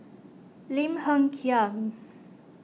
Lim Hng Kiang